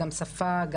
גם שפה,